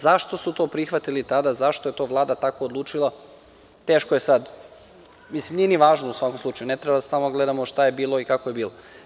Zašto su to prihvatili tada, zašto je to Vlada tako odlučila, nije ni važno u svakom slučaju, ne treba stalno da gledamo šta je bilo i kako je bilo.